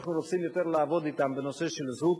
שאנחנו רוצים לעבוד אתם יותר בנושא של זהות